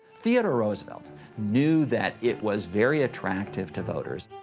theodore roosevelt knew that it was very attractive to voters.